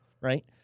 right